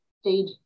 stage